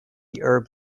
herb